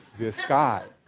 this guy.